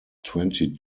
twenty